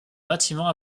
bâtiment